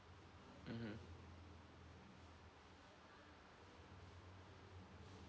mmhmm